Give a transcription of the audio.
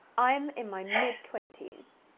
i'm in my mid twenty s.